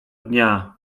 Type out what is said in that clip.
dnia